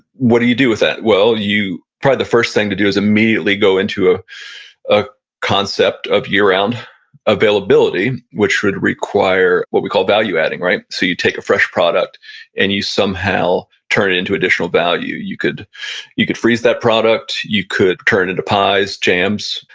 what do you do with that? well you, probably the first thing to do is immediately go into ah a concept of year round availability, which would require what we call value adding, right? so you take a fresh product and you somehow turn it into additional value. you could you could freeze that product, you could turn it into pies, jams.